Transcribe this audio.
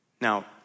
Now